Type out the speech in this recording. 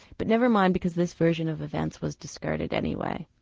but never mind because this version of events was discarded anyway.